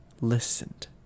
listened